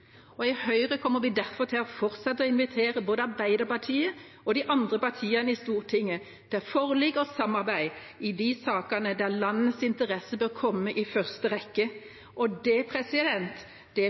protestparti. I Høyre kommer vi derfor til å fortsette å invitere både Arbeiderpartiet og de andre partiene i Stortinget til forlik og samarbeid i de sakene der landets interesser bør komme i første rekke – og det